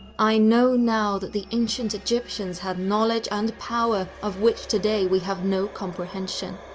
i know now that the ancient egyptians had knowledge and power of which today we have no comprehension.